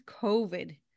COVID